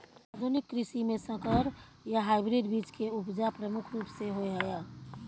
आधुनिक कृषि में संकर या हाइब्रिड बीज के उपजा प्रमुख रूप से होय हय